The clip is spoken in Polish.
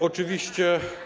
Oczywiście.